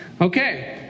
Okay